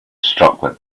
struck